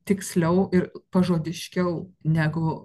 tiksliau ir pažodiškiau negu